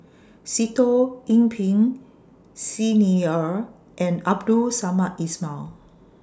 Sitoh Yih Pin Xi Ni Er and Abdul Samad Ismail